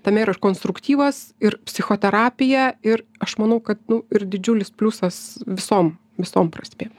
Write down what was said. tame yra ir konstruktyvas ir psichoterapija ir aš manau kad nu ir didžiulis pliusas visom visom prasmėm